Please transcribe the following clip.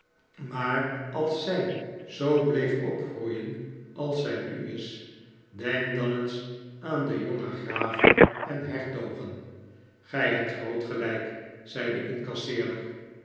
maar als zij zoo bleef opgroeien als zij nu is denk dan eens aan de jonge graven en hertogen gij hebt groot gelijk zei de incasseerder